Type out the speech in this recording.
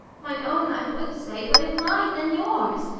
mine own, i would say but if mine, then yours,